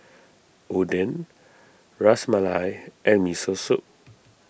Oden Ras Malai and Miso Soup